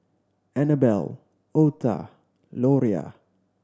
Annabel Otha Loria